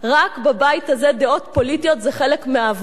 רק בבית הזה דעות פוליטיות זה חלק מהעבודה.